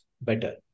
better